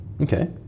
Okay